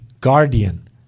guardian